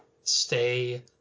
stay